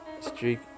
street